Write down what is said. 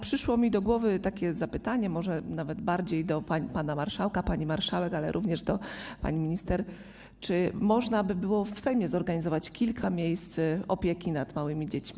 Przyszło mi do głowy takie zapytanie, może nawet bardziej do pana marszałka, pani marszałek, ale również do pani minister: Czy można by było w Sejmie zorganizować kilka miejsc opieki nad małymi dziećmi?